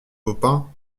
baupin